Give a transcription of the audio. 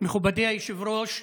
מכובדי היושב-ראש,